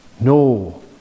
No